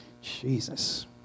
Jesus